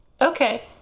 Okay